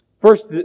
First